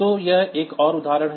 तो यह एक और उदाहरण है